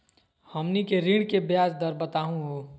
हमनी के ऋण के ब्याज दर बताहु हो?